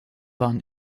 waren